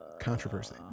controversy